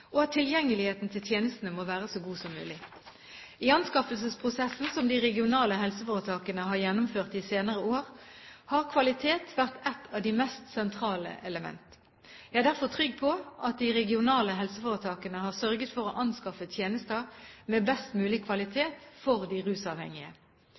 og at tilgjengeligheten til tjenestene må være så god som mulig. I anskaffelsesprosessene som de regionale helseforetakene har gjennomført de senere årene, har kvalitet vært et av de meste sentrale elementene. Jeg er derfor trygg på at de regionale helseforetakene har sørget for å anskaffe tjenester med best mulig